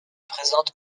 présente